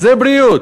זה בריאות.